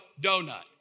Donut